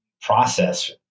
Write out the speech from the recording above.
process